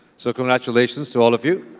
so, congratulations to all of you.